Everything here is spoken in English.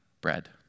bread